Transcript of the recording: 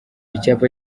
icyapa